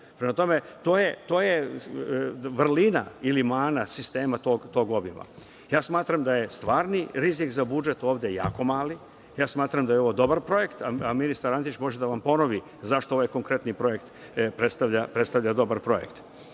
granicu. To je vrlina ili mana sistema tog obima. Smatram da je stvarni rizik za budžet ovde jako mali. Smatram da je ovo dobar projekat, a ministar Antić može da vam ponovi zašto ovaj konkretni projekat predstavlja dobar projekat. Što